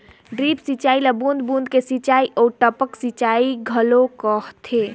drip सिंचई ल बूंद बूंद के सिंचई आऊ टपक सिंचई घलो कहथे